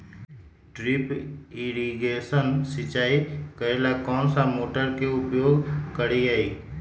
Drip irrigation सिंचाई करेला कौन सा मोटर के उपयोग करियई?